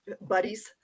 buddies